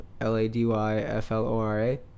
L-A-D-Y-F-L-O-R-A